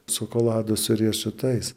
šokolado su riešutais